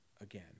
again